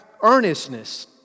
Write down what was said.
earnestness